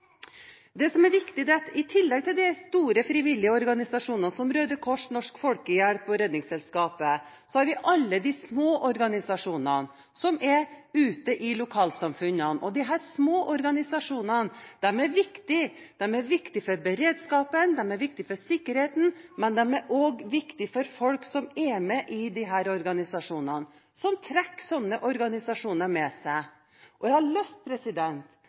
Det som er viktig, er at i tillegg til de store frivillige organisasjonene, som Røde Kors, Norsk Folkehjelp og Redningsselskapet, har vi alle de små organisasjonene som er ute i lokalsamfunnene. Disse små organisasjonene er viktige – de er viktige for beredskapen, for sikkerheten, men de er også viktige for folk som er med i disse organisasjonene. Nå ser vi at det er mange som kommer inn på galleriet her i dag. Jeg